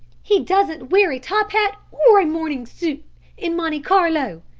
he doesn't wear a top hat or a morning suit in monte carlo,